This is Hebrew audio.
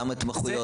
כמה התמחויות?